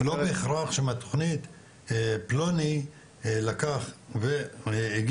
לא בהכרח שאם התוכנית של פלוני לקח והגיש